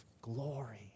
glory